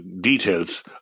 details